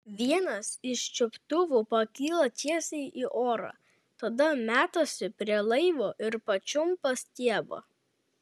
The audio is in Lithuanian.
vienas iš čiuptuvų pakyla tiesiai į orą tada metasi prie laivo ir pačiumpa stiebą